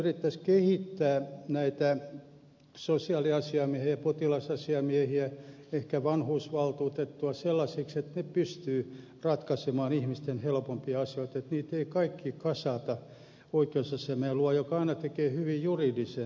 sitten yritettäisiin kehittää näitä sosiaaliasiamiehiä ja potilasasiamiehiä ehkä vanhuusvaltuutettua sellaisiksi että he pystyvät ratkaisemaan ihmisten helpompia asioita että niitä ei kaikkia kasata oikeusasiamiehen luo joka aina tekee hyvin juridisen ratkaisun